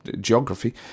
geography